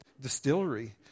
distillery